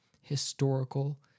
historical